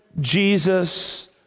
Jesus